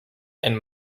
and